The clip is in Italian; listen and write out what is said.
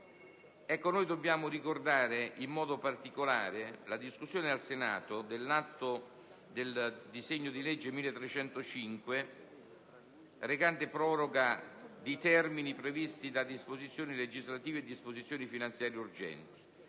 materia. Dobbiamo ricordare in modo particolare la discussione al Senato del disegno di legge n. 1305, recante proroga di termini previsti da disposizioni legislative e disposizioni finanziarie urgenti.